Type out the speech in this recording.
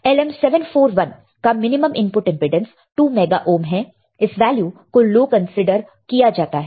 LM741 कामिनिमम input impedance 2 mega ohm है इस वैल्यू को लो कंसीडर किया जाता है